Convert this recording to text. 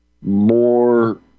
more